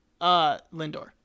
Lindor